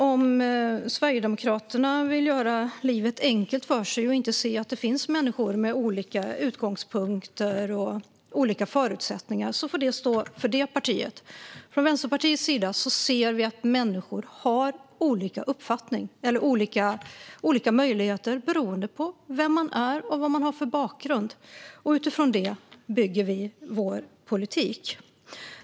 Om Sverigedemokraterna vill göra livet enkelt för sig och inte se att det finns människor med olika utgångspunkter och förutsättningar får det stå för det partiet. Från Vänsterpartiets sida ser vi att människor har olika möjligheter beroende på vem man är och vad man har för bakgrund. Utifrån det bygger vi vår politik.